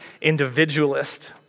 individualist